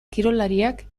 kirolariak